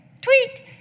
tweet